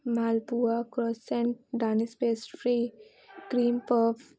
malpua croissant dance pastry cream puff